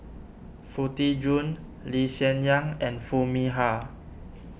Foo Tee Jun Lee Hsien Yang and Foo Mee Har